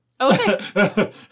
Okay